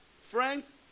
Friends